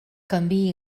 canviï